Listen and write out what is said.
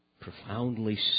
profoundly